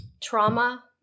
trauma